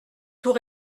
tout